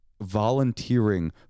volunteering